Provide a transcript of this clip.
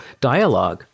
dialogue